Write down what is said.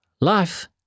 Life